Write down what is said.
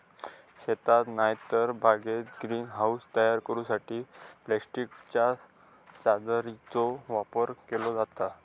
शेतात नायतर बागेत ग्रीन हाऊस तयार करूसाठी प्लास्टिकच्या चादरीचो वापर केलो जाता